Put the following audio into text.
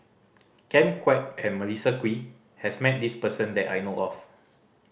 Ken Kwek and Melissa Kwee has met this person that I know of